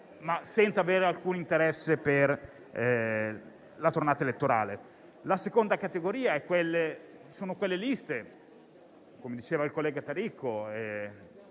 senza avere alcun interesse per la tornata elettorale. La seconda categoria è costituita - come diceva il collega Taricco